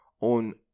on